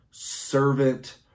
servant